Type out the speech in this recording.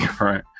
right